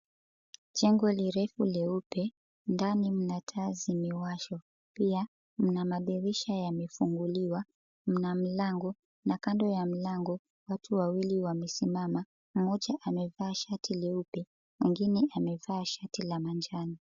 Jengo ni refu leupe. Ndani mna taa zimewashwa. Pia mna madirisha yamefunguliwa. Pia mna mlango na kando ya mlango watu wawili wamesimama. Mmoja amevaa shati leupe, mwingine amevaa shati la manjano.